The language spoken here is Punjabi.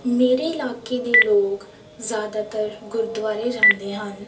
ਮੇਰੇ ਇਲਾਕੇ ਦੇ ਲੋਕ ਜ਼ਿਆਦਾਤਰ ਗੁਰਦੁਆਰੇ ਜਾਂਦੇ ਹਨ